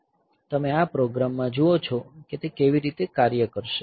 તમે આ પ્રોગ્રામમાં જુઓ છો કે તે કેવી રીતે કાર્ય કરશે